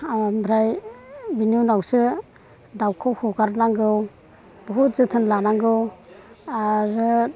आमफ्राय बेनि उनावसो दाउखौ हगारनांगौ बहुद जोथोन लानांगौ आरो